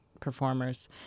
performers